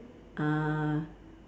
uh